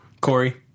Corey